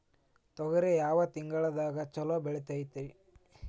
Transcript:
ತೊಗರಿ ಯಾವ ತಿಂಗಳದಾಗ ಛಲೋ ಬೆಳಿತೈತಿ?